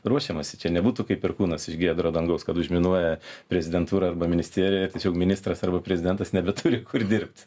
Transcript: ruošiamasi čia nebūtų kaip perkūnas iš giedro dangaus kad užminuoja prezidentūrą arba ministeriją tačiau ministras arba prezidentas nebeturi kur dirbt